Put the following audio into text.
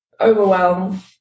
overwhelm